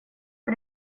för